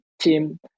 team